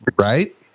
right